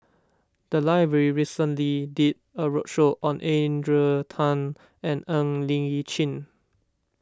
the library recently did a roadshow on Adrian Tan and Ng Li Chin